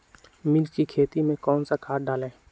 मिर्च की खेती में कौन सा खाद डालें?